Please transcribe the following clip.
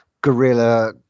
guerrilla